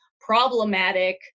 problematic